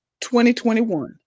2021